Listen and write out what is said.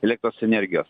elektros energijos